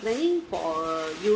planning for europe